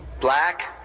black